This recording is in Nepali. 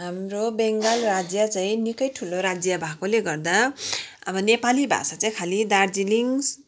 हाम्रो बङ्गाल राज्य चाहिँ निकै ठुलो राज्य भएकोले गर्दा अब नेपाली भाषा चाहिँ खालि दार्जिलिङ